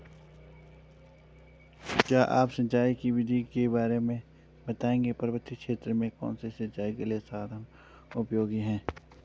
क्या आप सिंचाई की विधियों के बारे में बताएंगे पर्वतीय क्षेत्रों में कौन से सिंचाई के साधन उपयोगी हैं?